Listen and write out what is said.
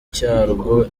cyarwo